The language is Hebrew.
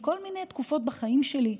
מכל מיני תקופות בחיים שלי.